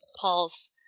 Paul's